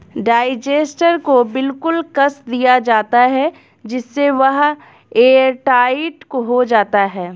digester को बिल्कुल कस दिया जाता है जिससे वह एयरटाइट हो जाता है